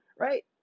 Right